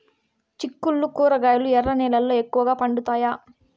చిక్కుళ్లు కూరగాయలు ఎర్ర నేలల్లో ఎక్కువగా పండుతాయా